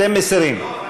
אתם מסירים.